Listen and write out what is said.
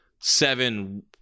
seven